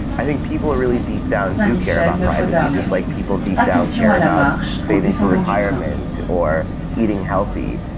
i think people really deep down do care about privacy, just like people deep down care about saving for retirement, or eating healthy.